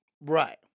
Right